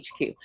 HQ